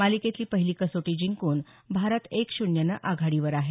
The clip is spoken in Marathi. मालिकेतली पहिली कसोटी जिंकून भारत एक शून्यनं आघाडीवर आहे